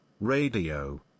radio